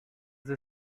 they